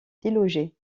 déloger